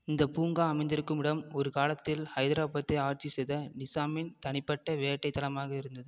இந்தப் பூங்கா அமைந்திருக்கும் இடம் ஒரு காலத்தில் ஹைத்ராபாத்தை ஆட்சி செய்த நிஜாமின் தனிப்பட்ட வேட்டைத் தளமாக இருந்தது